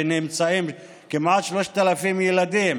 כמעט 3,000 ילדים